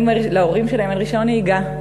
להורים שלהם אין רישיון נהיגה,